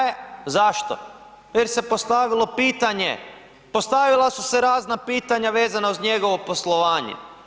E, zašto jer se postavilo pitanje, postavila su se razna pitanja vezana uz njegovo poslovanje.